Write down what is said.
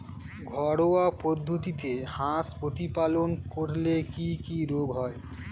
ঘরোয়া পদ্ধতিতে হাঁস প্রতিপালন করলে কি কি রোগ হয়?